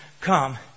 come